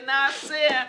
נעשה וכולי,